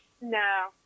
No